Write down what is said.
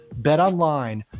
BetOnline